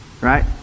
Right